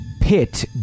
pit